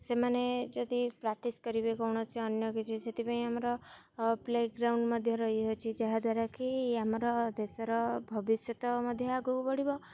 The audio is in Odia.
ସେମାନେ ଯଦି ପ୍ରାକ୍ଟିସ୍ କରିବେ କୌଣସି ଅନ୍ୟ କିଛି ସେଥିପାଇଁ ଆମର ପ୍ଲେଗ୍ରାଉଣ୍ଡ୍ ମଧ୍ୟ ରହିଅଛି ଯାହା ଦ୍ୱାରାକିି ଆମର ଦେଶର ଭବିଷ୍ୟତ ମଧ୍ୟ ଆଗକୁ ବଢ଼ିବ